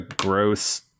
gross